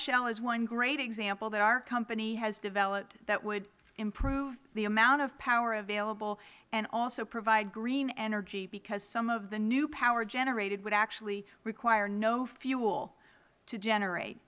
shell is one great example that our company has developed that would improve the amount of power available and also provide green energy because some of the new power generated would actually require no fuel to generate